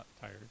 tired